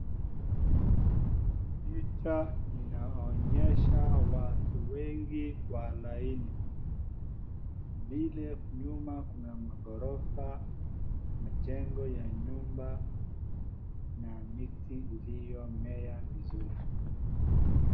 Picha inaonyesha watu wengi kwa laini. Vile nyuma kuna maghorofa, majengo ya nyumba na miti iliyomea vizuri.